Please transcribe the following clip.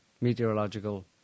meteorological